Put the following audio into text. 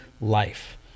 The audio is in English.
life